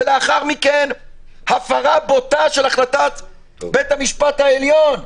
ולאחר מכן הפרה בוטה של החלטת בית המשפט העליון,